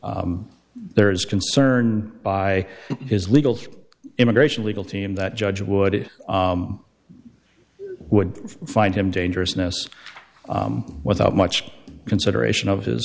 there is concern by his legal immigration legal team that judge would would find him dangerousness without much consideration of his